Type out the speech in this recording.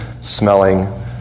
smelling